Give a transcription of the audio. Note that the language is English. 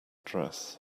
dress